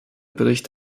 bericht